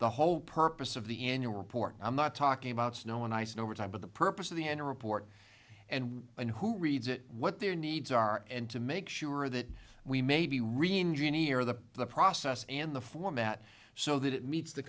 the whole purpose of the annual report i'm not talking about snow and ice and over time but the purpose of the end report and when and who reads it what their needs are and to make sure that we may be reengineered the the process and the format so that it meets the